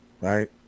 right